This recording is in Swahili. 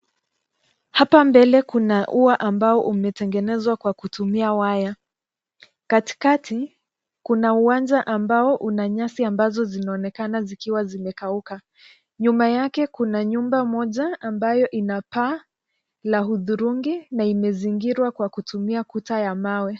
Hapa mbele kuna ua ambao umetengenezwa kwa kutumia waya. Katikati, kuna uwanja ambao una nyasi ambazo zinaonekana zikiwa zimekauka. Nyuma yake kuna nyumba moja ambayo ina paa la hudhurungi na imezingira kwa kutumia kuta ya mawe.